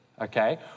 okay